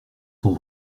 sont